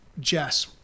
jess